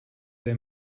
they